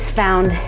found